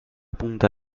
punta